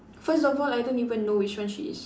first of all I don't even know which one she is